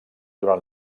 durant